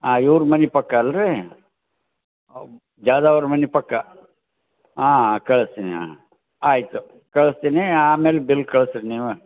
ಹಾಂ ಇವ್ರ ಮನೆ ಪಕ್ಕ ಅಲ್ಲಿ ರೀ ಜಾಧವ್ ಅವ್ರ ಮನೆ ಪಕ್ಕ ಹಾಂ ಕಳಿಸ್ತೀನಿ ಆಯಿತು ಕಳಿಸ್ತೀನಿ ಆಮೇಲೆ ಬಿಲ್ ಕಳ್ಸಿ ರೀ ನೀವು